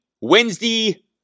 Wednesday